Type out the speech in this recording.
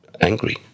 angry